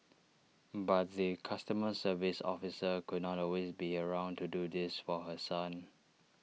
but the customer service officer could not always be around to do this for her son